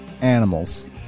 Animals